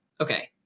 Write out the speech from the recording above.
okay